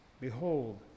behold